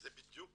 זו בדיוק